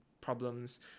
problems